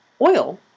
oil